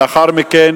לאחר מכן